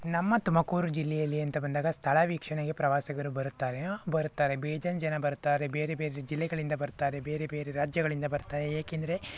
ನಮ್ಮ ತುಮಕೂರು ಜಿಲ್ಲೆಯಲ್ಲಿ ಅಂತ ಬಂದಾಗ ಸ್ಥಳ ವೀಕ್ಷಣೆಗೆ ಪ್ರವಾಸಿಗರು ಬರುತ್ತಾರೆ ಹಾಂ ಬರುತ್ತಾರೆ ಬೇಜಾನ್ ಜನ ಬರ್ತಾರೆ ಬೇರೆ ಬೇರೆ ಜಿಲ್ಲೆಗಳಿಂದ ಬರ್ತಾರೆ ಬೇರೆ ಬೇರೆ ರಾಜ್ಯಗಳಿಂದ ಬರ್ತಾರೆ ಏಕೆಂದರೆ